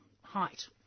height